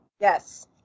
Yes